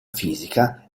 fisica